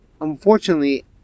unfortunately